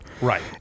Right